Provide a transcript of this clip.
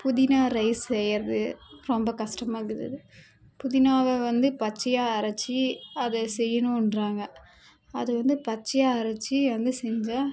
புதினா ரைஸ் செய்கிறது ரொம்ப கஷ்டமா இருக்குது புதினாவை வந்து பச்சையாக அரைத்து அதை செய்யணுன்றாங்க அதை வந்து பச்சையாக அரைத்து வந்து செஞ்சால்